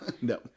no